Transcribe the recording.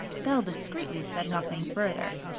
belle discreetly said nothing further,